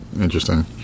interesting